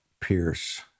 Pierce